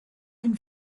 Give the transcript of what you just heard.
and